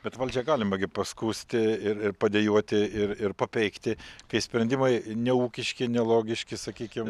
bet valdžią galima gi paskųsti ir ir padejuoti ir ir papeikti kai sprendimai neūkiški nelogiški sakykim